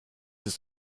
ist